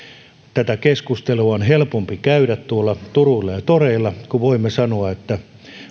tätä keskustelua on helpompi käydä tuolla turuilla ja toreilla kun voimme sanoa että